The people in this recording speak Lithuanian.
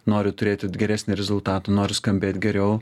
nori turėti geresnį rezultatą nori skambėt geriau